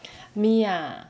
me ah